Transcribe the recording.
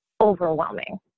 overwhelming